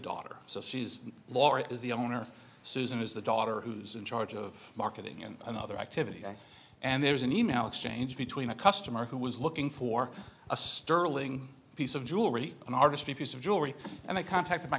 daughter so she's laura is the owner susan is the daughter who's in charge of marketing and another activity and there's an e mail exchange between a customer who was looking for a sterling piece of jewelry an artist a piece of jewelry and i contacted my